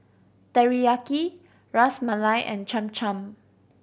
Teriyaki Ras Malai and Cham Cham